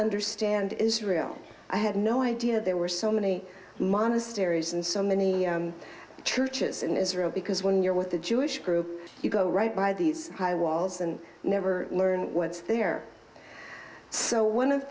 understand israel i had no idea there were so many monasteries and so many churches in israel because when you're with the jewish group you go right by these high walls and never learn what's there so one of